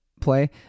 play